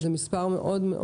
קנסות